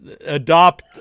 adopt